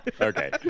Okay